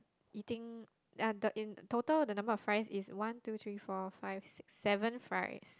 eating ya the in total number of fries is one two three four five six seven seven fries